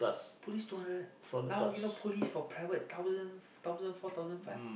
police two hundred now you know police for private thousands thousand four thousand five